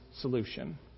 solution